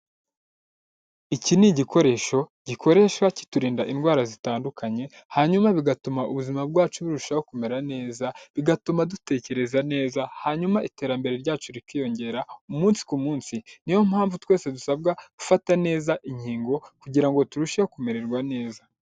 Iki ni igikoresho gikoreshwa kiturinda indwara zitandukanye hanyuma bigatuma ubuzima bwacu burushaho kumera neza bigatuma dutekereza neza hanyuma iterambere ryacu rikiyongera umunsi ku munsi, niyo mpamvu twese dusabwa gufata neza inkingo kugira ngo turusheho kumererwa neza.